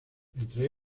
entre